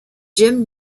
jim